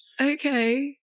Okay